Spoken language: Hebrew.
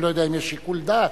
אני לא יודע אם יש בכלל שיקול דעת,